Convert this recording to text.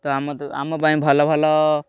ତ ଆମ ତ ଆମ ପାଇଁ ଭଲ ଭଲ